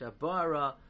Shabara